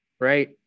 right